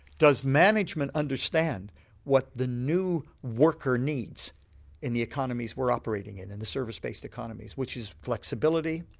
does management understand what the new worker needs in the economies we're operating in, in the service based economies which is flexibility,